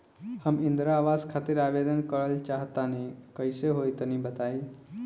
हम इंद्रा आवास खातिर आवेदन करल चाह तनि कइसे होई तनि बताई?